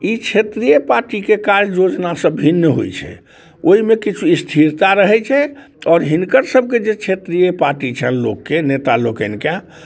ई क्षेत्रीय पार्टीके कार्य योजनासँ भिन्न होइ छै ओइमे किछु स्थिरिता रहै छै आओर हिनकर सबके जे क्षेत्रीय पार्टी छनि लोकके नेता लोकनिके